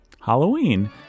Halloween